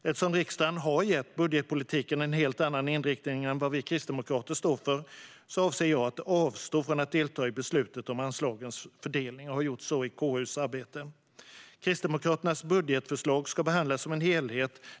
Eftersom riksdagen har gett budgetpolitiken en helt annan inriktning än vad vi kristdemokrater står för avser jag att avstå från att delta i beslutet om anslagens fördelning, och har gjort så i KU:s arbete. Kristdemokraternas budgetförslag ska behandlas som en helhet.